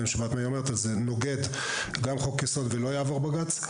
שבת נוגד גם חוק יסוד ולא יעבור בג"ץ,